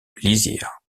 lisière